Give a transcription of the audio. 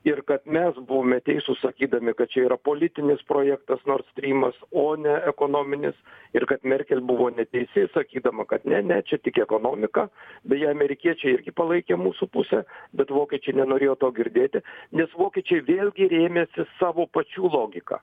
ir kad mes buvome teisūs sakydami kad čia yra politinis projektas nord strymas o ne ekonominis ir merkel buvo neteisi sakydama kad ne ne čia tik ekonomika beje amerikiečiai irgi palaikė mūsų pusę bet vokiečiai nenorėjo to girdėti nes vokiečiai vėlgi rėmėsi savo pačių logika